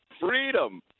freedom